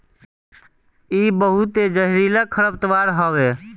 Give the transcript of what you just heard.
इ बहुते जहरीला खरपतवार हवे